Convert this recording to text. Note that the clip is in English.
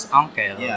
uncle